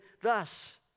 thus